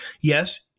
yes